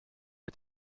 mit